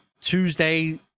Tuesday